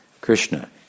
Krishna